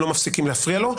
הם לא מפסיקים להפריע לו.